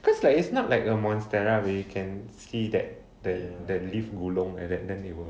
cause like it's not like monstera where you can see that that the leaves gulung like that then they will